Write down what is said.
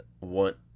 want